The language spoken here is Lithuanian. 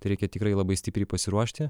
tai reikia tikrai labai stipriai pasiruošti